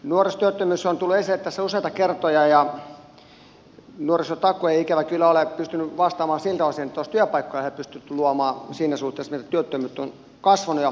nuorisotyöttömyys on tullut esille tässä useita kertoja ja nuorisotakuu ei ikävä kyllä ole pystynyt vastaamaan siihen siltä osin että olisi työpaikkoja heille pystytty luomaan siinä suhteessa kuin heidän työttömyytensä on kasvanut